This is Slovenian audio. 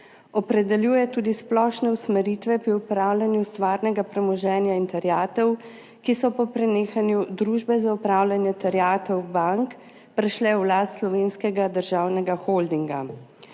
Opredeljuje tudi splošne usmeritve pri upravljanju stvarnega premoženja in terjatev, ki so po prenehanju Družbe za upravljanje terjatev bank prešle v last Slovenskega državnega holdinga.